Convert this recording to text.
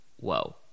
whoa